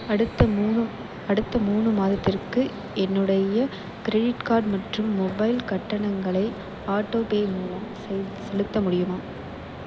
அடுத்த மூணு அடுத்த மூணு மாதத்திற்கு என்னுடைய க்ரெடிட் கார்ட் மற்றும் மொபைல் கட்டணங்களை ஆட்டோபே மூலம் செலுத் செலுத்த முடியுமா